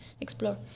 explore